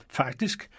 faktisk